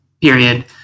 period